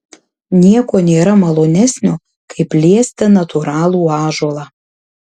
nieko nėra malonesnio kaip liesti natūralų ąžuolą